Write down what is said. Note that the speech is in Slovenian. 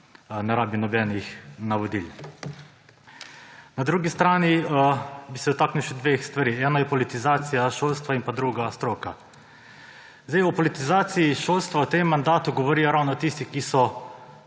ne rabi nobenih navodil. Na drugi strani bi se dotaknil še dveh stvari. Ena je politizacija šolstva in druga stroka. O politizaciji šolstva v tem mandatu govorijo ravno tisti, ki so